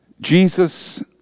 Jesus